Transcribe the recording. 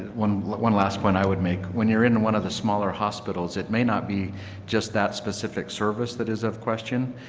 one but one last point i would make, when you're in one of the smaller hospitals, it may not be just that specific service that is of question,